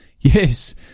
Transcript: Yes